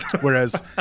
Whereas